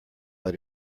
that